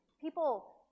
People